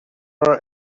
are